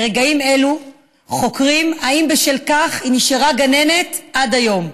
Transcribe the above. ברגעים אלו חוקרים אם בשל כך היא נשארה גננת עד היום.